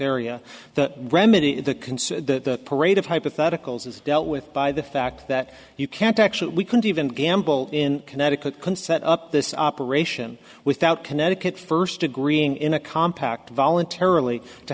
area the remedy the concern the parade of hypotheticals is dealt with by the fact that you can't actually could even gamble in connecticut can set up this operation without connecticut first agreeing in a compact voluntarily to